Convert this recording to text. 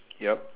ya